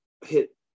hit